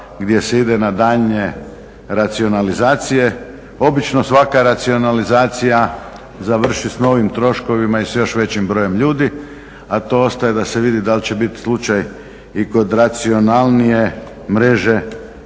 gdje se ide na daljnje racionalizacije. Obično svaka racionalizacija završi s novim troškovima i s još većim brojem ljudi, a to ostaje da li će biti slučaj i kod racionalnije mreže